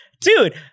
Dude